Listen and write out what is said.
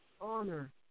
Honor